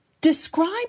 describe